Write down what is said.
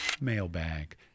mailbag